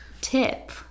tip